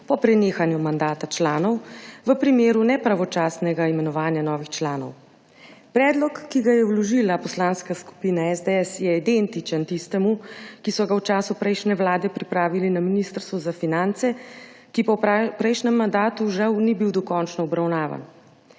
po prenehanju mandata članov v primeru nepravočasnega imenovanja novih članov. Predlog, ki ga je vložila Poslanska skupina SDS, je identičen tistemu, ki so ga v času prejšnje vlade pripravili na Ministrstvu za finance, ki pa v prejšnjem mandatu žal ni bil dokončno obravnavan.